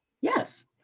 yes